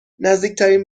نزدیکترین